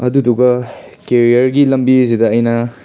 ꯑꯗꯨꯗꯨꯒ ꯀꯦꯔꯤꯌꯔꯒꯤ ꯂꯝꯕꯤꯖꯤꯗ ꯑꯩꯅ